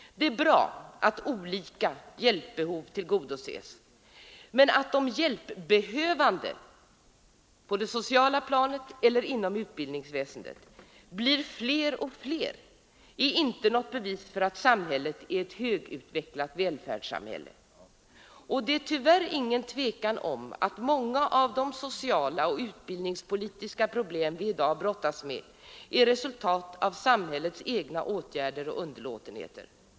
Det är bra att olika hjälpbehov tillgodoses, men att de hjälpbehövande på det sociala planet eller inom utbildningsväsendet blir fler och fler är inte något bevis för att samhället är ett högutvecklat välfärdssamhälle. Och det är tyvärr inget tvivel om att många av de sociala och utbildningspolitiska problem vi i dag brottas med är resultat av samhällets egna åtgärder och underlåtenheter.